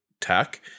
tech